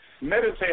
meditate